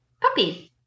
puppies